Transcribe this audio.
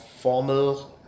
formal